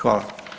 Hvala.